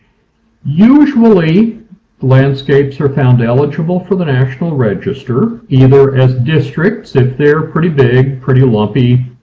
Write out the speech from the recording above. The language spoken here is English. usually landscapes are found eligible for the national register, either as districts if they're pretty big, pretty lumpy,